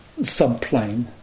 subplane